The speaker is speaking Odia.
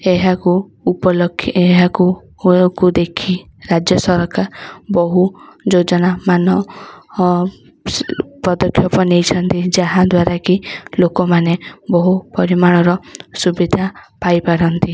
ଏହାକୁ ଉପଲକ୍ଷେ ଏହାକୁ କୂଳକୁ ଦେଖି ରାଜ୍ୟ ସରକାର ବହୁ ଯୋଜନାମାନ ଓ ପଦକ୍ଷେପ ନେଇଛନ୍ତି ଯାହାଦ୍ୱାରାକି ଲୋକମାନେ ବହୁ ପରିମାଣର ସୁବିଧା ପାଇପାରନ୍ତି